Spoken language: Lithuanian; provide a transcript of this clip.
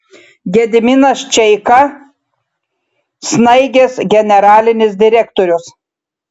gediminas čeika snaigės generalinis direktorius